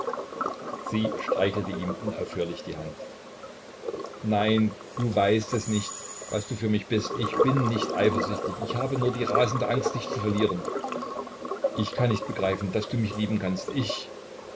sie streichelte ihm unaufhörlich die hand nein du weißt es nicht was du für mich bist ich bin nicht eifersüchtig ich habe nur die rasende angst dich zu verlieren ich kann nicht begreifen daß du mich lieben kannst ich